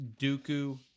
Dooku